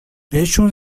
بهشون